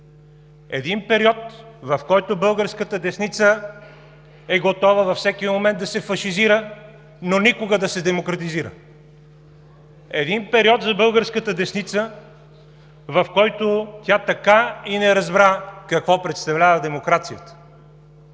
– период, в който българската десница е готова във всеки момент да се фашизира, но никога да се демократизира; един период за българската десница, в който тя така и не разбра какво представлява демокрацията.